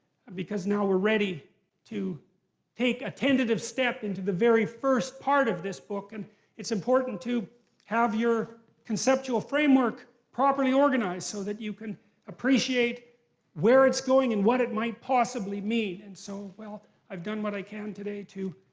because now we're ready to take a tentative step into the very first part of this book. and it's important to have your conceptual framework properly organized so that you can appreciate where it's going and what it might possibly mean. and so, well, i've done what i can today to,